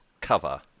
cover